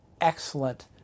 excellent